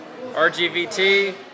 RGVT